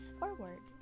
forward